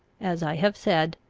as i have said,